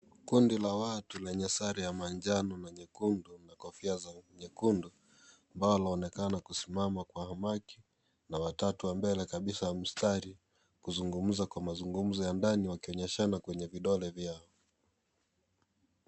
Kundi la watu lenye sare ya manjano na nyekundu na kofia nyekundu ambao wanaonekana kusimama kwa hamaki na watatu wa mbele kabisa wa mstari, wanazungumza kwa mazungumzo ya ndani wakionyeshana kwenye vidole vyao.